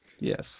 Yes